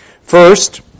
First